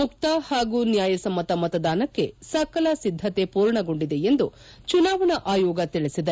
ಮುಕ್ತ ಹಾಗೂ ನ್ಯಾಯಸಮ್ನತ ಮತದಾನಕ್ಕೆ ಸಕಲ ಸಿದ್ದತೆ ಮೂರ್ಣಗೊಂಡಿದೆ ಎಂದು ಚುನಾವಣಾ ಆಯೋಗ ತಿಳಿಸಿದೆ